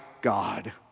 God